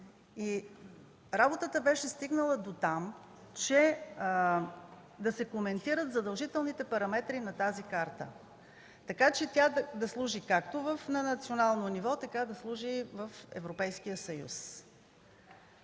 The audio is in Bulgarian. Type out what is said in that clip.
Работата беше стигнала дотам да се коментират задължителните параметри на тази карта, така че тя да служи както на национално ниво, така и в Европейския съюз.